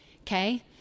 Okay